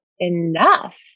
Enough